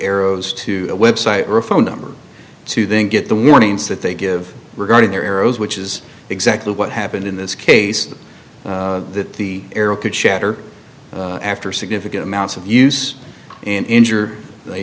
arrows to a website or a phone number to then get the warnings that they give regarding their arrows which is exactly what happened in this case that the arrow could shatter after significant amounts of use and injure a